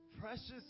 Precious